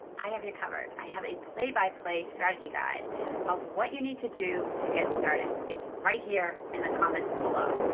i have you covered. i have a play-by-play strategy guide of what you need to do to get started. it's right here in the comments below.